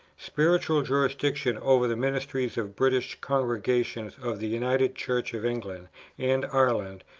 spiritual jurisdiction over the ministers of british congregations of the united church of england and ireland,